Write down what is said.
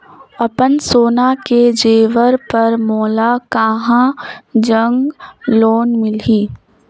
अपन सोना के जेवर पर मोला कहां जग लोन मिलही?